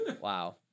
Wow